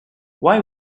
why